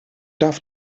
darf